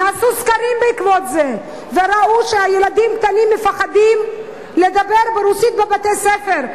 נעשו סקרים בעקבות זה וראו שילדים קטנים מפחדים לדבר ברוסית בבתי-הספר,